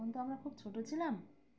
তখন তো আমরা খুব ছোট ছিলাম